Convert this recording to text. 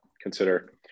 consider